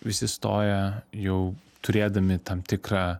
visi stoja jau turėdami tam tikrą